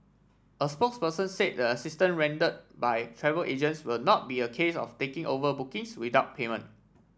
a spokesperson said the assistance rendered by travel agents will not be a case of taking over bookings without payment